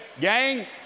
Gang